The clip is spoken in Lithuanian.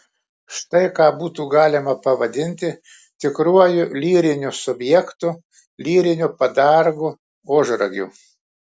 štai ką būtų galima pavadinti tikruoju lyriniu subjektu lyriniu padargu ožragiu